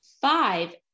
five